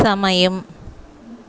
సమయం